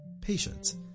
Patience